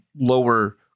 lower